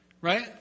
right